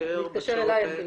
להתקשר --- להתקשר אלי אפילו.